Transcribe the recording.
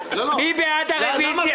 מי בעד הרוויזיה?